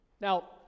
now